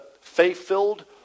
faith-filled